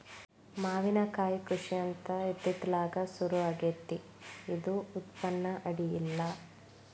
ಮಾವಿನಕಾಯಿ ಕೃಷಿ ಅಂತ ಇತ್ತಿತ್ತಲಾಗ ಸುರು ಆಗೆತ್ತಿ ಇದು ಉತ್ಪನ್ನ ಅಡಿಯಿಲ್ಲ